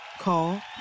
Call